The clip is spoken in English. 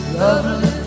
lovely